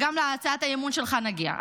גם להצעת האי-אמון שלך נגיע,